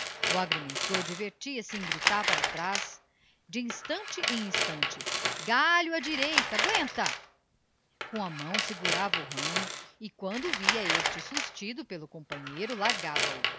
agrimensor divertia-se em gritar para traz de instante em instante galho á direita quanta com a mão segurava o ramo e quando via este sustido pelo companheiro largava o